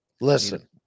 Listen